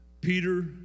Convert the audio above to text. Peter